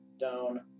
Down